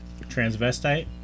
Transvestite